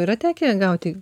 yra tekę gauti